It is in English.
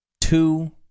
Two